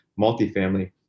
multifamily